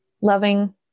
loving